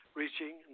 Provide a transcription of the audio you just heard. reaching